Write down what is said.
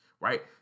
right